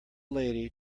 lady